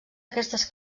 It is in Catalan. aquestes